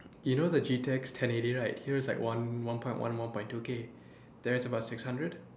you know the G tech's ten eighty right here is like one point one one point two k there is about six hundred